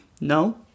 no